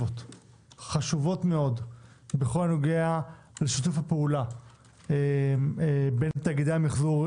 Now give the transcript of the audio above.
חשובות מאוד בכל הנוגע לשיתוף הפעולה בין תאגידי המיחזור,